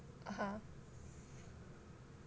(uh huh)